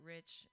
Rich